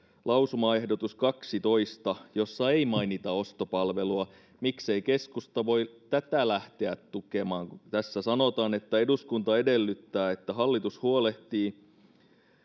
lausumaehdotus kaksitoista jossa ei mainita ostopalvelua miksei keskusta voi tätä lähteä tukemaan kun tässä sanotaan että eduskunta edellyttää että hallitus huolehtii